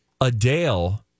Adele